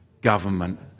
government